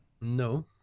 No